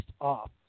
off